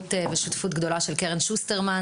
בשותפות גדולה של קרן שוסטרמן,